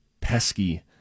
pesky